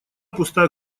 пустая